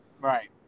Right